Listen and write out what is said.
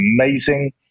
amazing